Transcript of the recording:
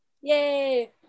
yay